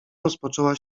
rozpoczęła